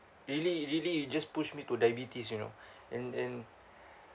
really really you just push me to diabetes you know and and